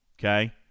Okay